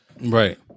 Right